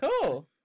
cool